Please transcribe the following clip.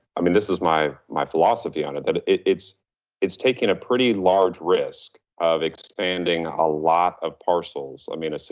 i mean, this is my my philosophy on it. it's it's taking a pretty large risk of expanding a lot of parcels. i mean, so